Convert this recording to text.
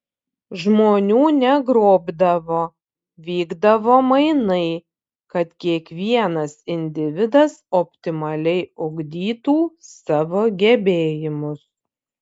žmonių negrobdavo vykdavo mainai kad kiekvienas individas optimaliai ugdytų savo gebėjimus